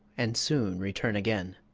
and soon return again.